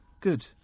Good